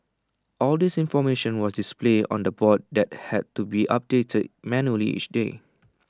all this information was displayed on A board that had to be updated manually each day